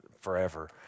forever